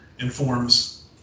informs